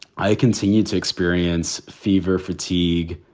i continued to experience fever, fatigue,